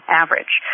average